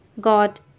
God